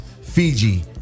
Fiji